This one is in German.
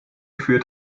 führt